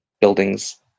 buildings